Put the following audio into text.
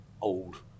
old